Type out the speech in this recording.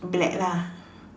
black lah